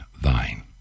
thine